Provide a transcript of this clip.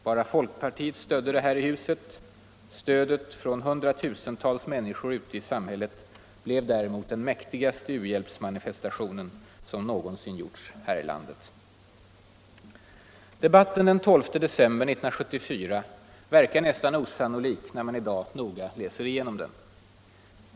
Bara folkpartiet stödde det här i huset — stödet från hundratusentals människor ute i samhället blev däremot den mäktigaste u-hjälpsmanifestationen som någonsin gjorts här i landet. Debatten den 12 december 1974 verkar nästan osannolik när man i dag noga läser igenom den.